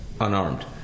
unarmed